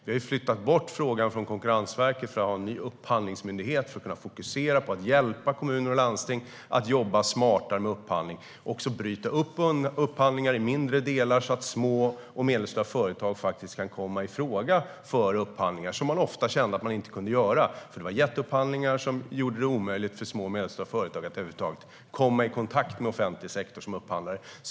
Vi har flyttat bort frågan från Konkurrensverket för att ha en ny upphandlingsmyndighet för att kunna fokusera på att hjälpa kommuner och landsting att jobba smartare med upphandling. Man ska bryta upp upphandlingar i mindre delar så att små och medelstora företag kan komma i fråga för upphandlingar. De har ofta känt att de inte har kunnat delta när det har varit jätteupphandlingar som har gjort det omöjligt för små och medelstora företag att över huvud taget komma i kontakt med offentlig sektor som upphandlare.